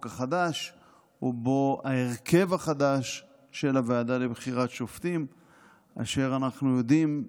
החדש ובו ההרכב החדש של הוועדה לבחירת שופטים אשר אנחנו יודעים,